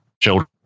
children